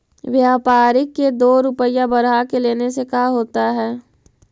व्यापारिक के दो रूपया बढ़ा के लेने से का होता है?